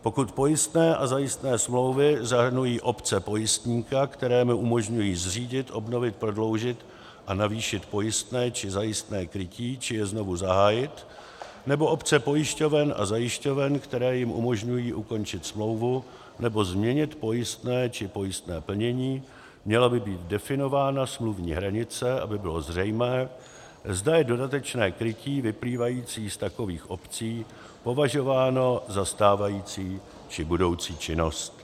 Pokud pojistné a zajistné smlouvy zahrnují opce pojistníka, které mu umožňují zřídit, obnovit, prodloužit a navýšit pojistné či zajistné krytí či je znovu zahájit, nebo opce pojišťoven a zajišťoven, které jim umožňují ukončit smlouvu nebo změnit pojistné či pojistné plnění, měla by být definována smluvní hranice, aby bylo zřejmé, zda je dodatečné krytí vyplývající z takových opcí považováno za stávající či budoucí činnost.